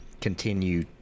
continue